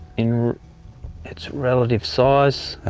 in its relative size.